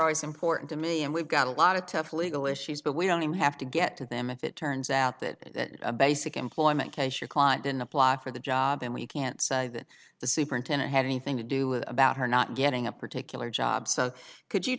always important to me and we've got a lot of tough legal issues but we don't even have to get to them if it turns out that a basic employment case your client didn't apply for the job and we can't say that the superintendent had anything to do with about her not getting a particular job so could you